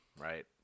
right